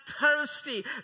thirsty